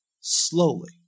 slowly